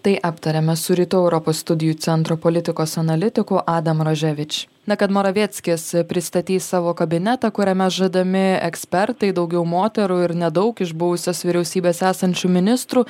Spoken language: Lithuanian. tai aptariame su rytų europos studijų centro politikos analitiku adam roževič na kad moraveckis pristatys savo kabinetą kuriame žadami ekspertai daugiau moterų ir nedaug iš buvusios vyriausybės esančių ministrų